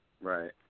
Right